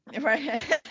Right